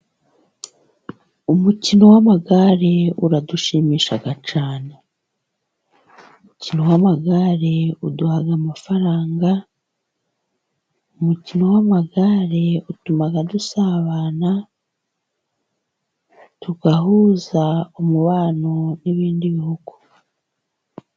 Umukino w'amagare uradushimishaga cyane, umukino w'amagare uduhaga amafaranga, umukino w'amagare utumaga dusabana tugahuza umubano n'ibindi bihugu.